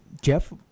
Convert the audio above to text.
Jeff